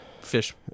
fish